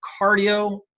cardio